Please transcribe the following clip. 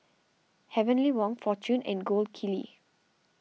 Heavenly Wang fortune and Gold Kili